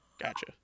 gotcha